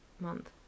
month